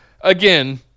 again